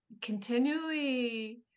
continually